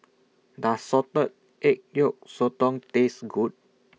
Does Salted Egg Yolk Sotong Taste Good